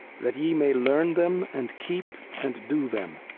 that ye may learn them, and keep, and do them.